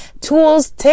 tools